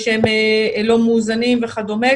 ושהם לא מאוזנים וכדומה,